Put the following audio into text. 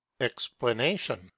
explanation